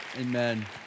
Amen